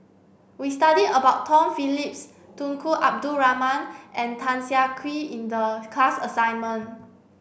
we studied about Tom Phillips Tunku Abdul Rahman and Tan Siak Kew in the class assignment